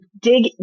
dig